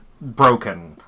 broken